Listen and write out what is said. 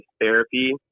therapy